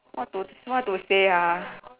what to what to say ah